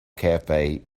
cafe